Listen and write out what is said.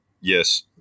Yes